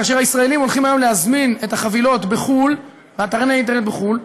כאשר הישראלים הולכים כיום להזמין את החבילות באתרי אינטרנט בחו"ל,